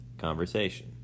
conversation